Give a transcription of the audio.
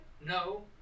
No